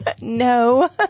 No